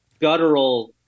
guttural